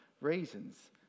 reasons